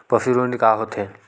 पशु ऋण का होथे?